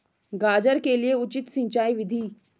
गाजर के लिए उचित सिंचाई विधि?